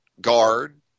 guard